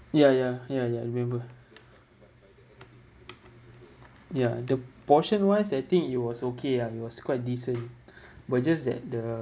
ya ya ya ya I remember ya the portion wise I think it was okay lah it was quite decent but just that the